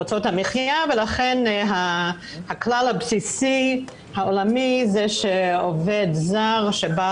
לכן הכלל הבסיסי העולמי הוא שעובד זר שבא